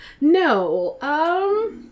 No